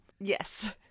Yes